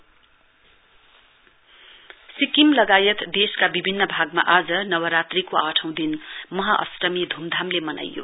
festival Sikkim लगायत देशका विभिन्न भागमा आज नवरात्रीको आठौं दिन महाअष्टमी धूमधामले मनाइयो